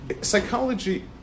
Psychology